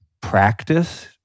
practice